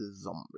Zombie